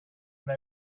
they